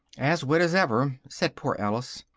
as wet as ever, said poor alice,